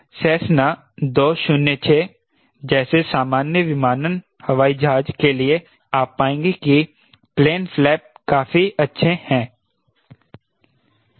Cessna 206 जैसे सामान्य विमानन हवाई जहाज के लिए आप पाएंगे कि प्लेन फ्लैप काफी अच्छे हैं